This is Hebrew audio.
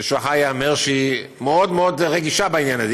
ולשבחה ייאמר שהיא מאוד מאוד רגישה בעניין הזה.